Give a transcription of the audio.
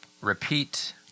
repeat